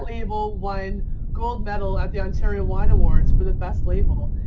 label won gold medal at the ontario wine awards for the best label.